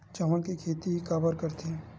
चावल के खेती काबर करथे?